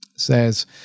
Says